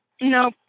no